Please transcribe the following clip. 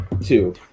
two